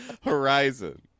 horizon